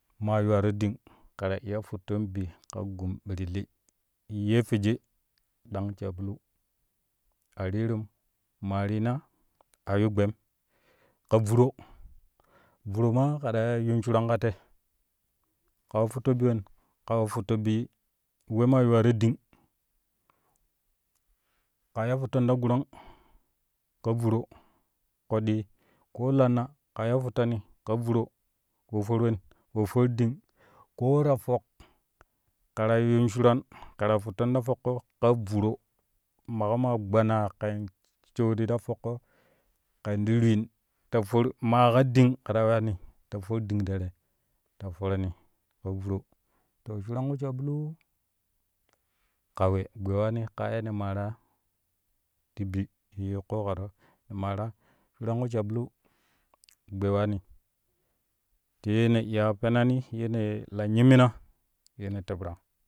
Maa yuwaro ɗing ke ta iya futton bi ka gun ɓirli ye fwiji dang sabulu a rirum maa rina a yu gbem ka vuro, vuro maa ƙe ta yuun shuran ka te ka we futto bi wen ka we futto bi we maa yu waro ɗing ka iya futton ta gurang ka vuro kabli ko lanna ka iya futtani ka vuro wo for wen wo for ɗing koo to fok kɛ ta yuun shuran ke ta ta foƙƙo ja vure maƙo ma gbanaa ken shwi ti ta foƙƙo ken ti wreen ta for maa ka ɗing ke ta weyani ta for ɗing tere ta forani ka vuro ta shuran ku sabulu ka we gbe waani ka yene maraa ti bi ye ƙoƙaro ne maraa shuran ƙu sabulu gbe waani tee ne iya penani yene la nyimmina yene lebrana